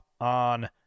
on